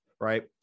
right